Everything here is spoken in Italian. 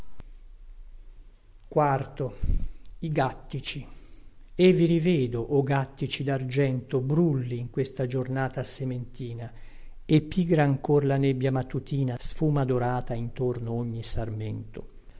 veduta e vi rivedo o gattici dargento brulli in questa giornata sementina e pigra ancor la nebbia mattutina sfuma dorata intorno ogni sarmento